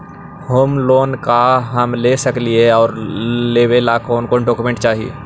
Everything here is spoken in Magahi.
होम लोन का हम ले सकली हे, और लेने ला कोन कोन डोकोमेंट चाही?